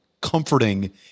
comforting